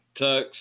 tux